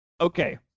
Okay